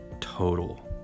total